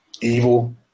evil